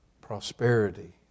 prosperity